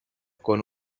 con